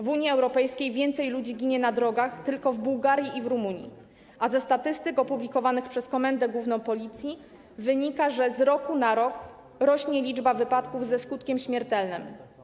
W Unii Europejskiej więcej ludzi ginie na drogach tylko w Bułgarii i w Rumunii, a ze statystyk opublikowanych przez Komendę Główną Policji wynika, że z roku na rok rośnie liczba wypadków ze skutkiem śmiertelnym.